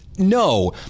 No